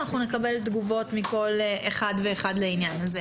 ואנחנו נקבל תגובות מכל אחד ואחד לעניין הזה.